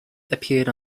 appeared